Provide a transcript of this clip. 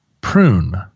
prune